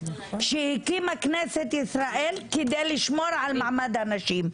שהקימה כנסת ישראל כדי לשמור על מעמד הנשים.